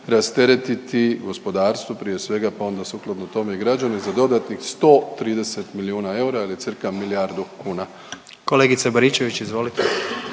rasteretiti gospodarstvo prije svega pa onda sukladno tome i građane za dodatnih 130 milijuna eura ili cca milijardu kuna. **Jandroković, Gordan